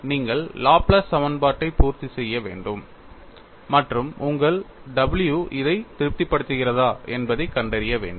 நீங்கள் லாப்லேஸ் சமன்பாட்டை பூர்த்தி செய்ய வேண்டும் மற்றும் உங்கள் w இதை திருப்திப்படுத்துகிறதா என்பதைக் கண்டறிய வேண்டும்